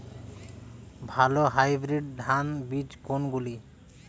ভালো হাইব্রিড ধান বীজ কোনগুলি?